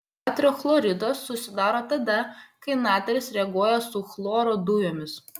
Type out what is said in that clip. natrio chloridas susidaro tada kai natris reaguoja su chloro dujomis